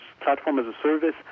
platform-as-a-service